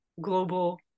global